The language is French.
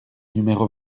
numéro